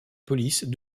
police